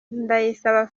ndayisaba